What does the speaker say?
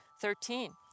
Thirteen